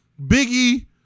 Biggie